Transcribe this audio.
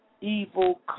evil